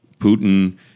Putin